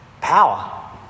power